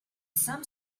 some